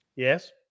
Yes